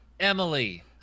Emily